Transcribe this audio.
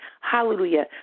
hallelujah